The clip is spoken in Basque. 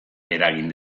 eragin